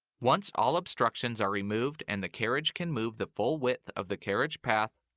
once all obstructions are removed and the carriage can move the full width of the carriage path,